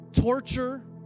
torture